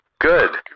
Good